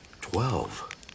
twelve